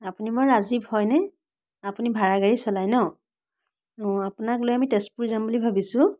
আপুনি বাৰু ৰাজীৱ হয়নে আপুনি ভাড়াগাড়ী চলাই ন অঁ আপোনাক লৈ আমি তেজপুৰ যাম বুলি ভাবিছোঁ